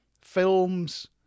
Films